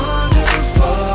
Wonderful